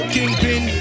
Kingpin